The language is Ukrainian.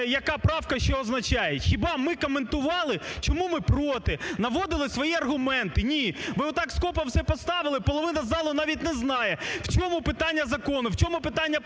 яка правка що означає? Хіба ми коментували, чому ми проти, наводили свої аргументи? Ні! Ви отак скопом все поставили. Половина залу навіть не знає, в чому питання закону, в чому питання правки